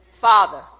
Father